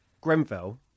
Grenfell